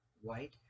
white